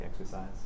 exercise